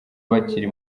bakiri